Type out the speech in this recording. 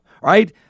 Right